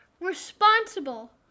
Responsible